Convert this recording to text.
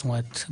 זאת אומרת,